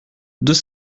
deux